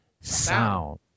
sound